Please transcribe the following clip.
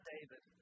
David